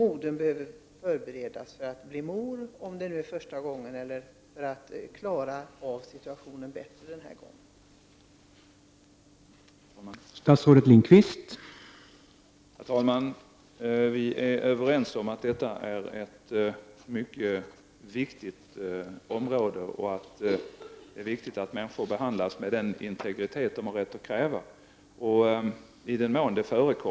Modern behöver förberedas för att bli mor, om det nu är första gången, eller för att kunna hantera situationen bättre vid det här tillfället.